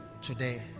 today